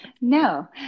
no